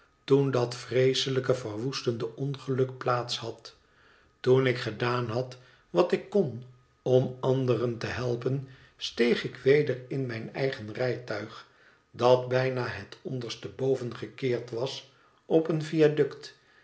toen dat vreeselijke verwoestende ongeluk plaats had toen ik gedaan had wat ik kon om anderen te helpen steeg ik weder in mijn eigen rijtuig dat bijna het onderste boven gekeerd was op een viaduct